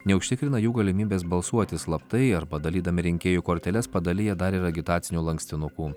neužtikrina jų galimybės balsuoti slaptai ar padalydami rinkėjų korteles padalija dar ir agitacinių lankstinukų